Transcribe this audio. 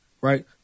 Right